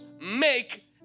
make